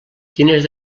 quines